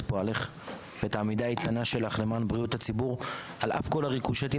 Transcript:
פעולה ואת העמידה האיתנה שלה למען בריאות הציבור על אף כל הריקושטים,